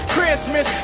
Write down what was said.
Christmas